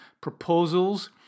proposals